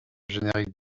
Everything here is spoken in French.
générique